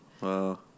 Wow